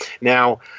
Now